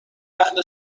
اهل